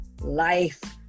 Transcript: life